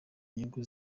nyungu